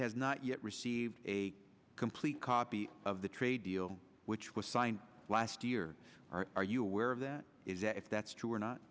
has not yet received a complete copy of the trade deal which was signed last year are you aware of that is that if that's true or not